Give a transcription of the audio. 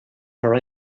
her